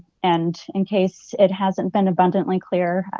and in case it hasn't been abundantly clear,